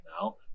now